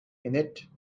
innit